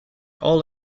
all